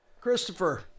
Christopher